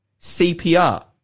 CPR